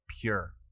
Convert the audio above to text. pure